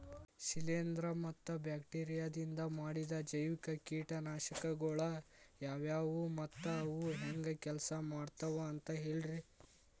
ಶಿಲೇಂಧ್ರ ಮತ್ತ ಬ್ಯಾಕ್ಟೇರಿಯದಿಂದ ಮಾಡಿದ ಜೈವಿಕ ಕೇಟನಾಶಕಗೊಳ ಯಾವ್ಯಾವು ಮತ್ತ ಅವು ಹೆಂಗ್ ಕೆಲ್ಸ ಮಾಡ್ತಾವ ಅಂತ ಹೇಳ್ರಿ?